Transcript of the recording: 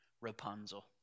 Rapunzel